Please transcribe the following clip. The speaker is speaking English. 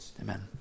Amen